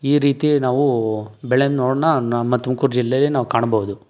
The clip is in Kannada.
ಈ ರೀತಿ ನಾವು ಬೆಳೆದ್ನೋಣ ನಮ್ಮ ತುಮಕೂರು ಜಿಲ್ಲೆಯಲಿ ಕಾಣ್ಬೋದು